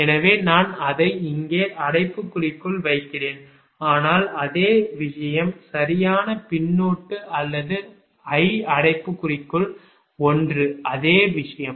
எனவே நான் அதை இங்கே அடைப்புக்குறிக்குள் வைக்கிறேன் ஆனால் அதே விஷயம் சரியான பின்னொட்டு அல்லது I அடைப்புக்குறிக்குள் 1 அதே விஷயம்